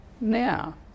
now